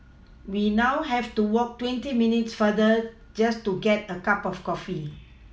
we now have to walk twenty minutes farther just to get a cup of coffee